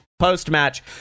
Post-match